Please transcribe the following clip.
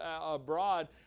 abroad